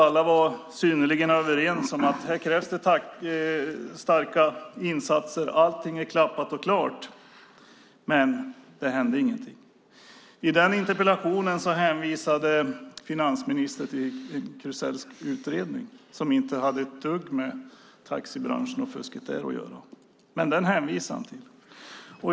Alla var synnerligen överens om att det krävdes starka insatser. Allt var klappat och klart. Men ingenting hände. I det interpellationssvaret hänvisade finansministern till Krusells utredning, som inte hade ett dugg med taxibranschen och fusket där att göra. Ändå hänvisade Borg till den.